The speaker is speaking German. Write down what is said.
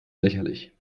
lächerlich